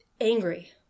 angry